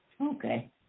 Okay